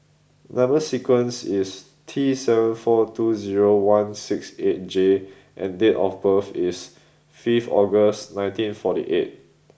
number sequence is T seven four two zero one six eight J and date of birth is fifth August nineteen forty eight